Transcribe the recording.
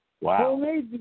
Wow